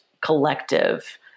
collective